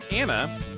Anna